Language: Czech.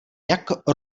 jak